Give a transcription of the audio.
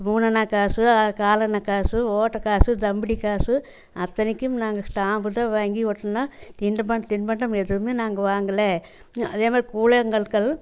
மூணணா காசு காலணா காசு ஓட்டை காசு தம்புசு அத்தனைக்கும் நாங்கள் ஸ்டாம்பு தான் வாங்கி ஒட்டினா தின்டபம் தின்பண்டம் எதுவும் நாங்கள் வாங்கலை அதேமாதிரி கூழாங்கற்கள்